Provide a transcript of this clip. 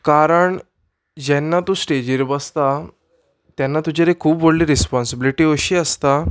कारण जेन्ना तूं स्टेजीर बसता तेन्ना तुजेर खूब व्हडली रिस्पोन्सिबिलिटी अशी आसता